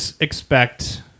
expect